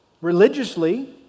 Religiously